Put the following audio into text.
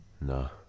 No